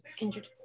Injured